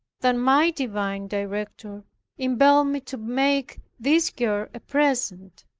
than my divine director impelled me to make this girl a present,